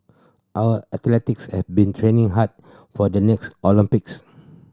our athletes have been training hard for the next Olympics